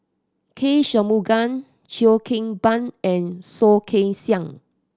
K Shanmugam Cheo Kim Ban and Soh Kay Siang